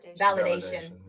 validation